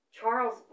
Charles